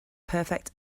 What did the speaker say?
perfect